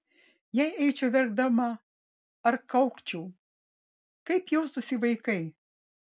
jei eičiau verkdama ir kaukčiau kaip jaustųsi vaikai